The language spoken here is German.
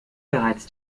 bereits